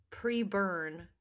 pre-burn